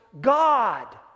God